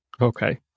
Okay